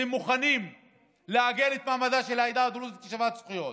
והם מוכנים לעגן את מעמדה של העדה הדרוזית כשוות זכויות.